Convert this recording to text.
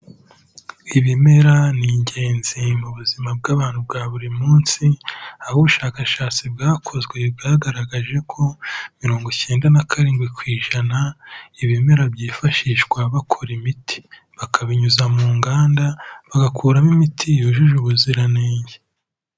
Ibimera ni ingenzi mu buzima bw'abantu bwa buri munsi, aho ubushakashatsi bwakozwe bwagaragaje ko mirongo icyenda na karindwi ku ijana ibimera byifashishwa bakora imiti, bakabinyuza mu nganda bagakuramo imiti yujuje ubuziranenge.